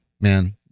man